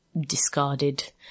discarded